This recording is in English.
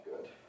good